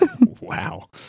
Wow